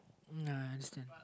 nah I understand